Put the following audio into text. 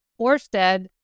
Orsted